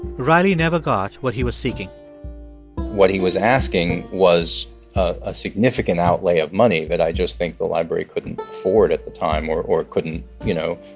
riley never got what he was seeking what he was asking was a significant outlay of money that i just think the library couldn't afford at the time or or it couldn't, you know,